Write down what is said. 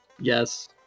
Yes